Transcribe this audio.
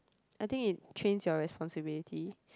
I think it trains your responsibility